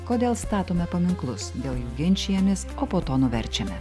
kodėl statome paminklus dėl jų ginčijamės o po to nuverčiame